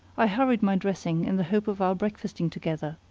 i hurried my dressing in the hope of our breakfasting together.